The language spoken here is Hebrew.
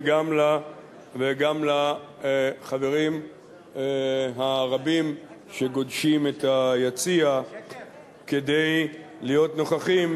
וגם לחברים הרבים שגודשים את היציע כדי להיות נוכחים